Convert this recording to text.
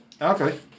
Okay